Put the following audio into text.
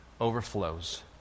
overflows